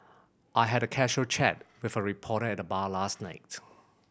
I had a casual chat with a reporter at the bar last night